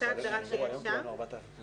כל מי שמגיע למסגרות החינוך המיוחד ובוודאי